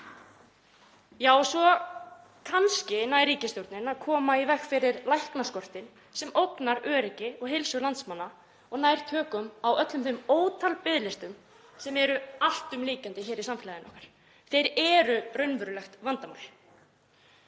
Já, svo nær ríkisstjórnin kannski að koma í veg fyrir læknaskortinn sem ógnar öryggi og heilsu landsmanna og nær tökum á öllum þeim ótal biðlistum sem eru alltumlykjandi í samfélaginu okkar. Þeir eru raunverulegt vandamál.